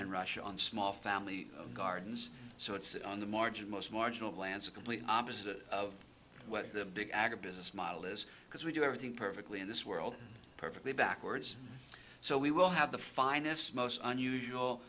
and russia on small family gardens so it's on the margin most marginal lands a complete opposite of what the big agribusiness model is because we do everything perfectly in this world perfectly backwards so we will have the finest most